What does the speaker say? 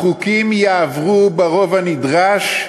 החוקים יעברו ברוב הנדרש